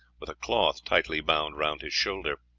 with a cloth tightly bound round his shoulder.